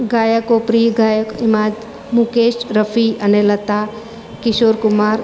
ગાયકો પ્રિય ગાયકમાં મુકેશ રફી અને લતા કિશોર કુમાર